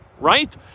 right